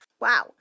Wow